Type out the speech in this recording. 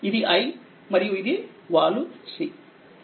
ఇది i మరియు ఇది వాలు C